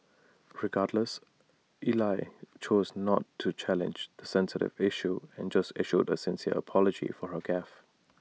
regardless Ell chose not to challenge the sensitive issue and just issued A sincere apology for her gaffe